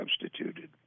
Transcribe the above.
substituted